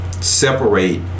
separate